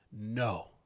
No